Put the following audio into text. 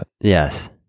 Yes